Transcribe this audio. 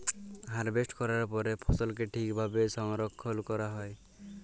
harvest ক্যরার পরে ফসলকে ঠিক ভাবে সংরক্ষল ক্যরা হ্যয়